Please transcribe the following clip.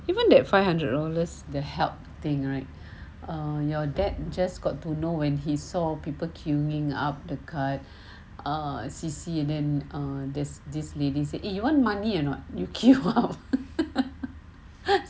even that five hundred dollars the help thing right err your dad just got to know when he saw people queuing up the card err see see and then err this this lady said !hey! you want money you know you give out